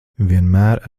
vienmēr